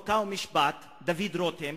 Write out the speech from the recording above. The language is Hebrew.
חוק ומשפט דוד רותם,